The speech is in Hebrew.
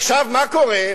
מה קורה?